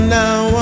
now